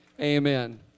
Amen